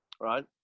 right